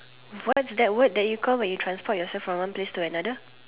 what is that word that you call when you transport yourself from one place to another